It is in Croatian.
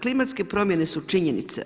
Klimatske promjene su činjenica.